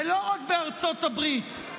ולא רק בארצות הברית,